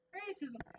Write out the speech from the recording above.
racism